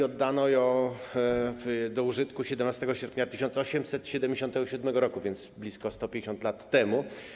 Oddano ją do użytku 17 sierpnia 1877 r., więc blisko 150 lat temu.